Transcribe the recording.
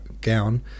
gown